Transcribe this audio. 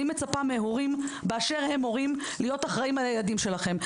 אני מצפה מהורים באשר הם הורים להיות אחראים על הילדים שלהם.